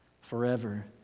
forever